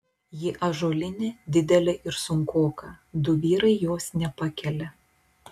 ji ąžuolinė didelė ir sunkoka du vyrai jos nepakelia